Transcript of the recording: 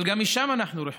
אבל גם משם אנחנו רחוקים.